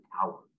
power